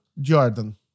Jordan